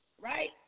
right